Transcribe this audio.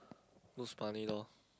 looks funny lor